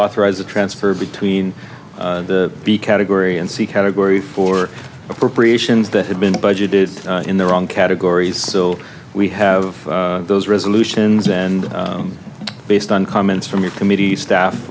authorize the transfer between the b category and c category for appropriations that had been budgeted in the wrong categories so we have those resolutions and based on comments from your committee staff